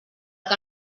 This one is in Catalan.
que